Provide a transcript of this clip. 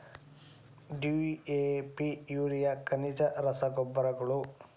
DAP urea ಖನಿಜ ರಸಗೊಬ್ಬರಗಳು